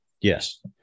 Yes